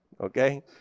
Okay